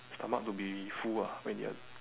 stomach to be full ah when you're